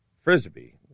Frisbee